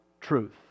truth